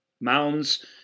mounds